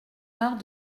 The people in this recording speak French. heure